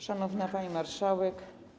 Szanowna Pani Marszałek!